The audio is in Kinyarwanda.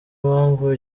mpamvu